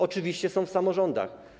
Oczywiście są w samorządach.